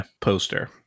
poster